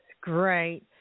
Great